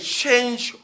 change